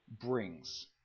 brings